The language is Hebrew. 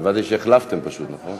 הבנתי שהחלפתם, פשוט.